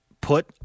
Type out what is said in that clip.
put